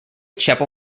chapel